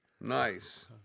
Nice